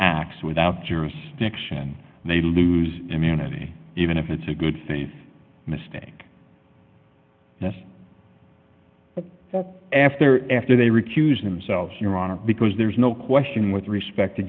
acts without jurisdiction and they lose immunity even if it's a good thing a mistake that's after after they refuse themselves your honor because there's no question with respect to